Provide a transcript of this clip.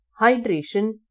hydration